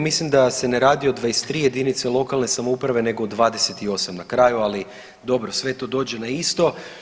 Mislim da se ne radi o 23 jedinice lokalne samouprave nego o 28 na kraju, ali dobro sve to dođe na isto.